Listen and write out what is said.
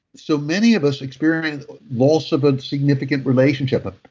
so, many of us experience loss of a significant relationship,